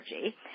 energy